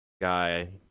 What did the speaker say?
guy